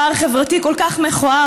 פער חברתי כל כך מכוער,